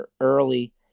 early